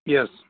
Yes